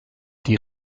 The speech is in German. die